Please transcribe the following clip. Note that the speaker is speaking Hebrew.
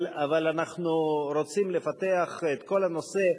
אבל אנחנו רוצים לפתח את כל הנושא,